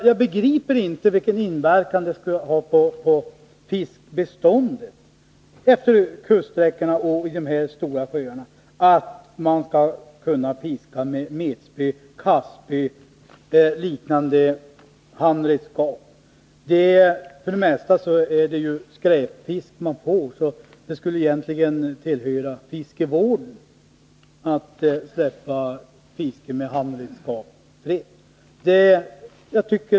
Jag begriper inte vilken inverkan det skulle ha på fiskbeståndet på kuststräckorna och i de aktuella större sjöarna om man fiskar med metspö, kastspö eller liknande handredskap. För det mesta får man ju bara skräpfisk. Därför borde det ankomma på fiskevårdande myndigheter att släppa fiske med handredskap fritt.